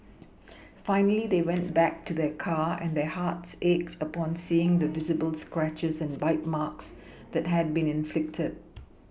finally they went back to their car and their hearts ached upon seeing the visible scratches and bite marks that had been inflicted